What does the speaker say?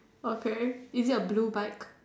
okay is it a blue bike